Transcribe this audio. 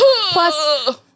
plus